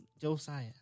Josiah